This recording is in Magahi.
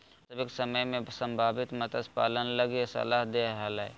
वास्तविक समय में संभावित मत्स्य पालन लगी सलाह दे हले